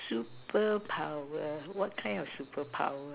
superpower what kind of superpower